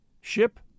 Ship